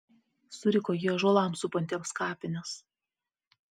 suriko ji ąžuolams supantiems kapines